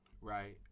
right